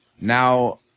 Now